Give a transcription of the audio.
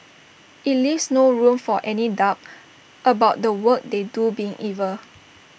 IT leaves no room for any doubt about the work they do being evil